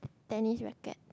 tennis racket